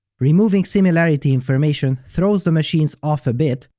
removing similarity information throws the machines off a bit,